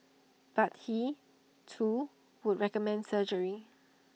but he too would recommend surgery